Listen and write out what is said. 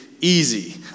Easy